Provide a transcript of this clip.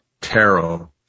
tarot